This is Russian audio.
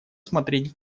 смотреть